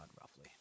roughly